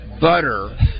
butter